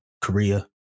Korea